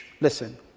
listen